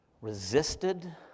resisted